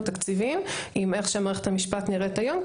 תקציבים עם איך שמערכת המשפט נראית היום,